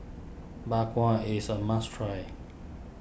Bak Kwa is a must try